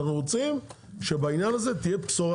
אנחנו רוצים שבעניין הזה תהיה בשורה.